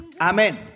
Amen